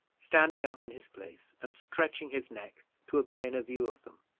standing up in his place, and stretching his neck to obtain a view of them.